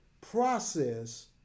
process